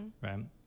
right